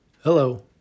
Hello